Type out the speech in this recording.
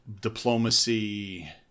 diplomacy